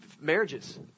marriages